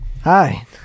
Hi